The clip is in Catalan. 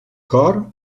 cor